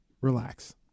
relax